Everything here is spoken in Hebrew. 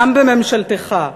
גם בממשלתך,